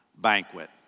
banquet